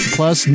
Plus